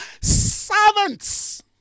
servants